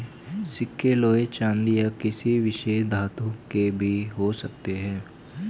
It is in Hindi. सिक्के लोहे चांदी या किसी विशेष धातु के भी हो सकते हैं